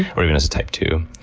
or even as a type two.